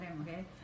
okay